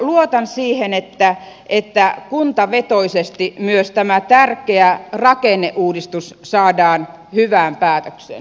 luotan siihen että kuntavetoisesti myös tämä tärkeä rakenneuudistus saadaan hyvään päätökseen